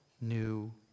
new